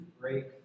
break